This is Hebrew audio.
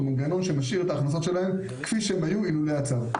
מנגנון שמשאיר את ההכנסות שלהן כפי שהן היו אילולא הצו.